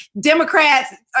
Democrats